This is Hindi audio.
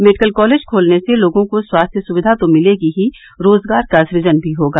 मेडिकल कॉलेज खोलने से लोगों को स्वास्थ्य सुविधा तो मिलेगी ही रोजगार का सुजन भी होगा